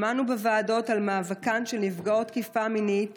שמענו בוועדות על מאבקן של נפגעות תקיפה מינית